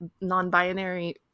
non-binary